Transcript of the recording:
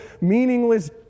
meaningless